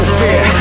fear